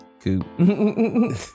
Coop